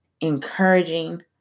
encouraging